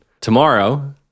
tomorrow